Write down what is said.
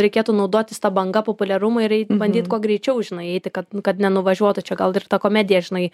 reikėtų naudotis ta banga populiarumo ir ei bandyt kuo greičiau žinai eiti kad kad nenuvažiuotų čia gal ir ta komedija žinai